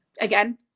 again